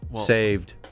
Saved